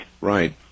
Right